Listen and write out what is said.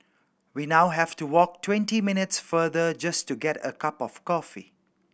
we now have to walk twenty minutes farther just to get a cup of coffee